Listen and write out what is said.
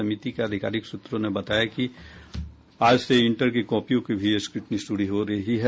समिति के आधिकारिक सूत्रों ने बताया कि आज से इंटर की कॉपियों की भी स्क्टनी शुरू हो रही है